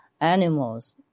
animals